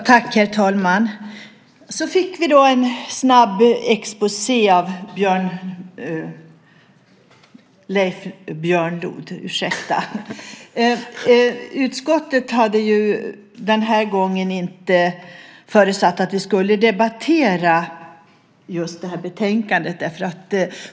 Herr talman! Leif Björnlod gav oss en snabb exposé. Utskottet hade denna gång inte förutsett att vi skulle debattera detta betänkande.